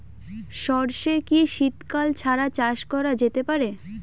সর্ষে কি শীত কাল ছাড়া চাষ করা যেতে পারে?